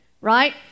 Right